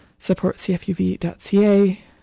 supportcfuv.ca